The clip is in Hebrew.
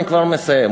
אני כבר מסיים,